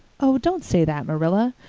oh, don't say that, marilla.